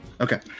Okay